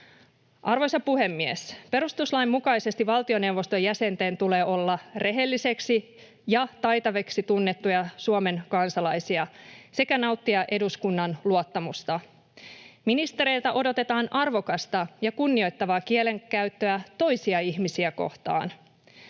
Arvoisa puhemies! Perustuslain mukaisesti valtioneuvoston jäsenten tulee olla rehellisiksi ja taitaviksi tunnettuja Suomen kansalaisia sekä nauttia eduskunnan luottamusta. Ministereiltä odotetaan arvokasta ja kunnioittavaa kielenkäyttöä toisia ihmisiä kohtaan.